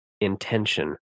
intention